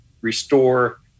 restore